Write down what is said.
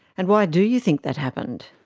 and why do you think that happened?